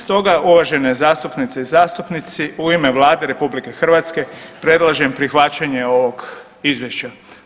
Stoga uvažene zastupnice i zastupnici u ime Vlade RH predlažem prihvaćanje ovog izvješća.